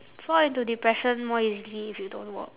fall into depression more easily if you don't work